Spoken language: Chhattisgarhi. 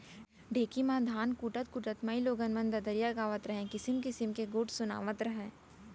ढेंकी म धान कूटत कूटत माइलोगन मन ददरिया गावत रहयँ, किसिम किसिम के गोठ सुनातव रहयँ